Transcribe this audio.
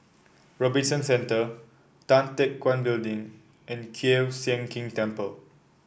Robinson Centre Tan Teck Guan Building and Kiew Sian King Temple